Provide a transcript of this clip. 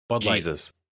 Jesus